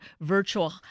virtual